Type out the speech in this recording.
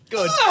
Good